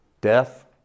Death